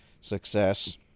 success